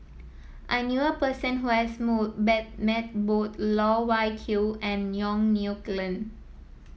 I knew a person who has move bet met both Loh Wai Kiew and Yong Nyuk Lin